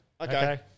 Okay